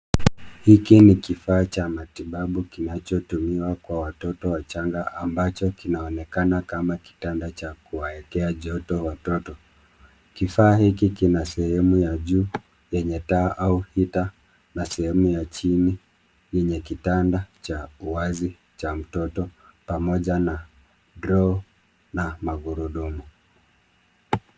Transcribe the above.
Hiki ni kifaa cha matibabu kinachotumiwa kwa watoto wachanga ambacho kinaonekana kama kitanda cha kuwawekea joto watoto. Kifaa hiki kina sehemu ya juu yenye taa au heater na sehemu ya chini yenye kitanda cha uwazi cha mtoto pamoja na drawer na magurudumu.